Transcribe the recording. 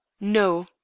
No